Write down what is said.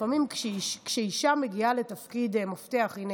לפעמים כשאישה מגיעה לתפקיד מפתח, הינה,